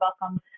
welcome